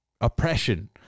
oppression